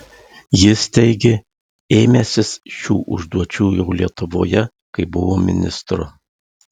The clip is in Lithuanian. jis teigė ėmęsis šių užduočių jau lietuvoje kai buvo ministru